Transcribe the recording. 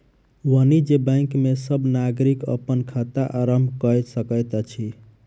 वाणिज्य बैंक में सब नागरिक अपन खाता आरम्भ कय सकैत अछि